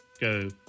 go